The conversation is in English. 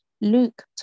Luke